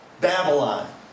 Babylon